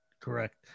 Correct